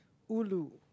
Ulu